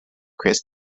chris